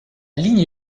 ligne